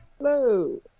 Hello